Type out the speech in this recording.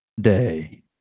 Day